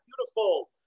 beautiful